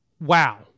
wow